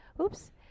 oops